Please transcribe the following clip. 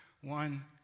One